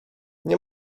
nie